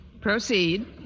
Proceed